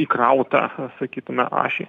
įkraut tą sakytume ašį